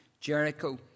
Jericho